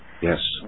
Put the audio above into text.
Yes